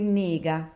nega